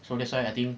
so that's why I think